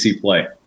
play